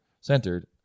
centered